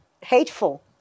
hateful